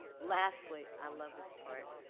lastly, i love this part,